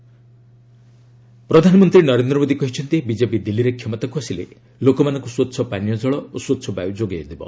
Delhi campaign ପ୍ରଧାନମନ୍ତ୍ରୀ ନରେନ୍ଦ୍ର ମୋଦୀ କହିଛନ୍ତି BJP ଦିଲ୍ଲୀରେ କ୍ଷମତାକୁ ଆସିଲେ ଲୋକମାନଙ୍କୁ ସ୍ୱଚ୍ଛ ପାନୀୟ ଜଳ ଓ ସ୍ୱଚ୍ଛ ବାୟୁ ଯୋଗାଇ ଦେବ